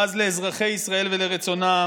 בז לאזרחי ישראל ולרצונם,